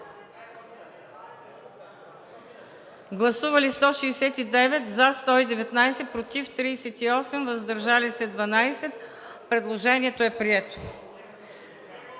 представители: за 119, против 38, въздържали се 12. Предложението е прието.